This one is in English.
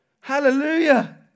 Hallelujah